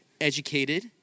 educated